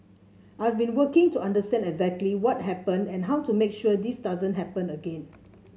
I've been working to understand exactly what happened and how to make sure this doesn't happen again